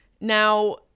Now